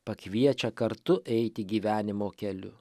pakviečia kartu eiti gyvenimo keliu